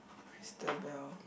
crystal bell